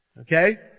Okay